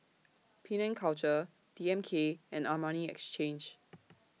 Penang Culture D M K and Armani Exchange